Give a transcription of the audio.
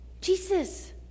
Jesus